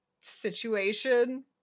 situation